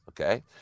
okay